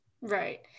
Right